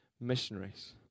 missionaries